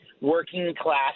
working-class